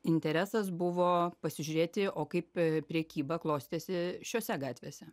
interesas buvo pasižiūrėti o kaip prekyba klostėsi šiose gatvėse